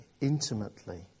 intimately